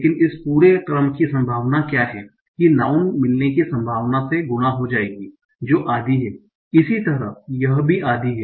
लेकिन इस पूरे क्रम की संभावना क्या है कि यह नाऊँन मिलने की संभावना से गुणा हो जाएगी जो आधी है इसी तरह यहाँ भी आधी है